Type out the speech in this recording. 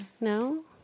No